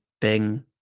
Bing